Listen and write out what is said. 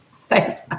Thanks